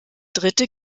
dritte